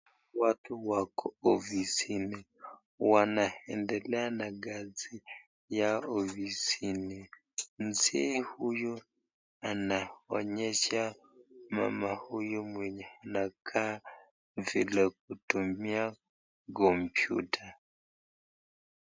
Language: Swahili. Watu wako ofisini wanaendelea na kazi yao ofisini. Mzee huyu anaonesha mama huyu mwenye anakaa vile kutumia computer .